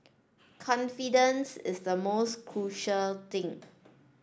confidence is the most crucial thing